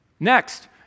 Next